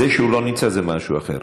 זה שהוא לא נמצא זה משהו אחר.